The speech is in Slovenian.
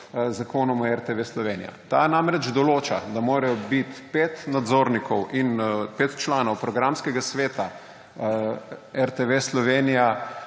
Zakonom o RTV Slovenija. Ta namreč določa, da mora 5 nadzornikov in 5 članov Programskega sveta RTV Slovenija